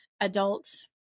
adult